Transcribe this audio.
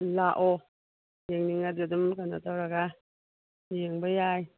ꯂꯥꯛꯑꯣ ꯌꯦꯡꯅꯤꯡꯉꯗꯤ ꯑꯗꯨꯝ ꯀꯩꯅꯣ ꯇꯧꯔꯒ ꯌꯦꯡꯕ ꯌꯥꯏ